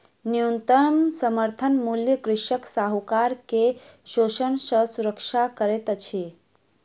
न्यूनतम समर्थन मूल्य कृषक साहूकार के शोषण सॅ सुरक्षा करैत अछि